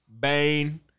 Bane